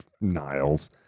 Niles